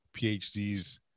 PhDs